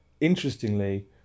Interestingly